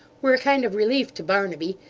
were a kind of relief to barnaby,